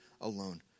alone